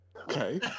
Okay